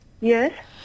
Yes